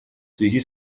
связи